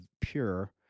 pure